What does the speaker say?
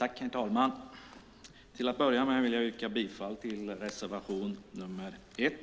Herr talman! Till att börja med vill jag yrka bifall till reservation 1.